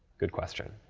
good question.